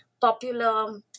popular